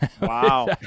Wow